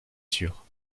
sûre